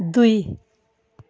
दुई